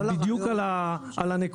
בדיוק על הנקודה,